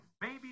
baby